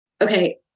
Okay